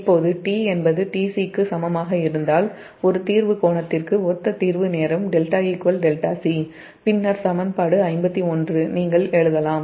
இப்போது t என்பது tc க்கு சமமாக இருந்தால் ஒரு தீர்வு கோணத்திற்கு ஒத்த தீர்வு நேரம் 𝜹 𝜹c பின்னர் சமன்பாடு 51 நீங்கள் எழுதலாம்